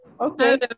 Okay